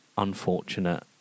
unfortunate